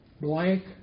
blank